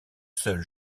seul